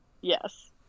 Yes